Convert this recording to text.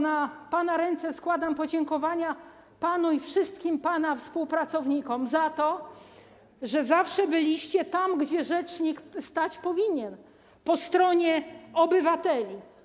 Na pana ręce składam podziękowania panu i wszystkim pana współpracownikom za to, że zawsze byliście tam, gdzie rzecznik stać powinien - po stronie obywateli.